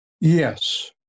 Yes